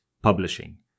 publishing